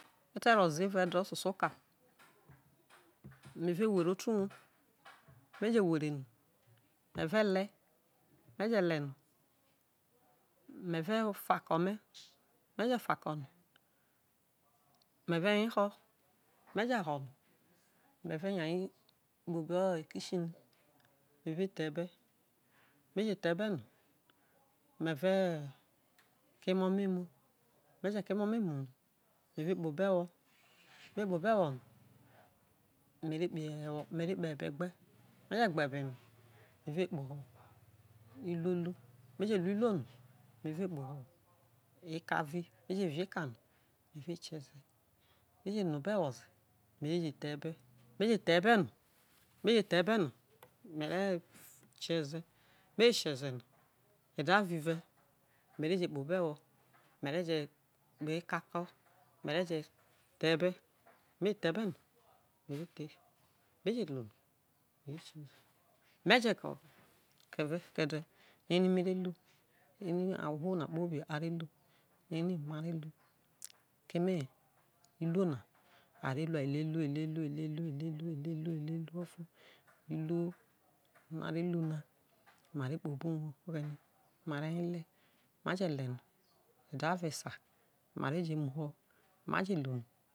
Mr te roze evao ede ososuo oka me ve wer oto uwo me je were me ve le me je u no meve fa ako me me fa ako no me ve ye ho me ve fa ako me me je fa ako no me ve ye ho me je ho no mere nya hi kpo bo ikishini me re the ebe me je the ebu no me re ke emo me emu me je ke emo me emu no meve kpo ebr gbe me je gbe ebe no me re kpo uluo lu me je lu iituo no me re kpo ho eka ri me je vi eka no me re kieze me je kieze no ede aro ive mere je kpo eka ko mere je the ebe no me re the meje ko no me re kede ere me re kede ere me re lu ere asho na kpobi are lu eri ma re hu ke ihuo na a re lua eluoeluo eluo eluo elu mare lu na ma re kpo obu uwo ma re ye le ma je lr no ede aro esa mare je muho maje luno